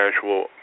casual